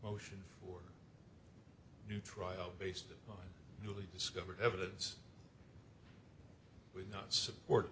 motion for new trial based on newly discovered evidence would not support